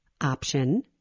option